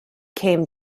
came